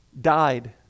died